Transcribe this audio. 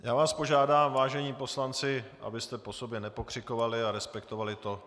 Já vás požádám, vážení poslanci, abyste po sobě nepokřikovali a respektovali to.